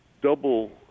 double